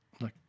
Look